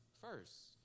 First